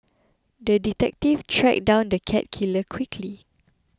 the detective tracked down the cat killer quickly